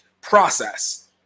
process